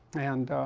and